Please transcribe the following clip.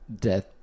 death